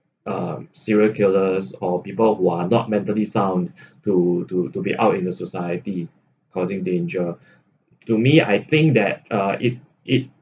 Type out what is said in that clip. uh serial killers or people who are not mentally sound to to to be out in a society causing danger to me I think that uh it it